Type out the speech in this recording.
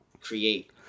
create